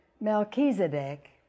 Melchizedek